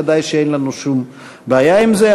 ודאי שאין לנו שום בעיה עם זה.